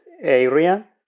area